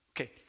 okay